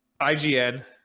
IGN